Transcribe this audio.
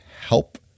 help